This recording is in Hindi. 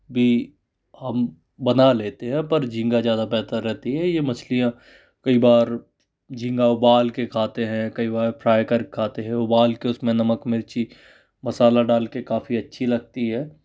भी हम बना लेते हैं पर झींगा ज्यादा बेहतर रहती है यह मछलियाँ कई बार झींगा उबाल कर खाते हैं कई बार फ्राई कर खाते हैं उबाल कर उसमें नमक मिर्ची मसाला डाल कर काफ़ी अच्छी लगती है